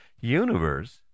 universe